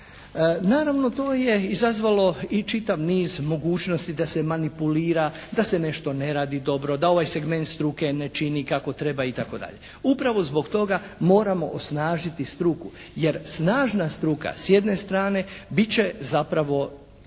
Naravno, to je izazvalo i čitav niz mogućnosti da se manipulira, da se nešto ne radi dobro, da ovaj segment struke ne čini kako treba itd. Upravo zbog toga moramo osnažiti struku, jer snažna struka s jedne strane bit će zapravo